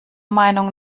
meinung